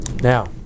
now